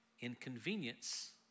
inconvenience